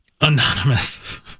Anonymous